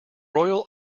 royal